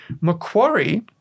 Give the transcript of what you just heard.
Macquarie